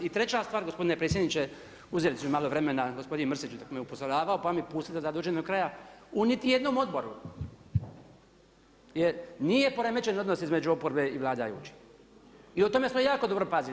I treća stvar, gospodine predsjedniče uzeli su mi malo vremena gospodin Mrsić dok me upozoravao pa mi pustite da dođem do kraja, u niti jednom odboru nije poremećen odnos između oporbe i vladajućih i tome smo jako dobro pazili.